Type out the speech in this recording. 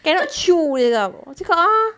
cannot chew punya [tau] orang cakap ah